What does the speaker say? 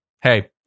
hey